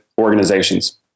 organizations